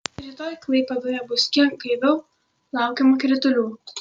rytoj klaipėdoje bus kiek gaiviau laukiama kritulių